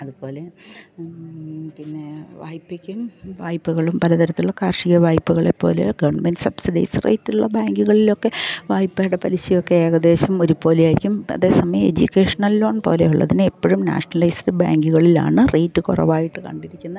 അതുപോലെ പിന്നെ വായ്പ്പയ്ക്കും വായ്പ്പകളും പല തരത്തിലുള്ള കാർഷിക വായ്പ്പകളെ പോലെ ഗവൺമെൻ്റ് സബ്സിഡൈസ് റൈറ്റുള്ള ബാങ്കുകളിലൊക്കെ വായ്പ്പയുടെ പലിശയൊക്കെ ഏകദേശം ഒരുപോലെ ആയിരിക്കും അതേസമയം എഡ്യൂക്കേഷണൽ ലോൺ പോലെ ഉള്ളതിനെ എപ്പഴും നാഷണലൈസ്ഡ് ബാങ്കുകളിലാണ് റേറ്റ് കുറവായിട്ട് കണ്ടിരിക്കുന്നത്